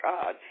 God